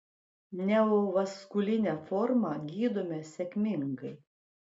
neovaskulinę formą gydome sėkmingai